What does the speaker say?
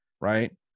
right